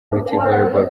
volleyball